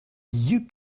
you